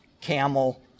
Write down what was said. camel